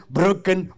broken